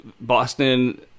Boston